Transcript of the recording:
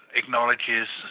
acknowledges